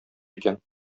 икән